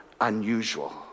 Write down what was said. unusual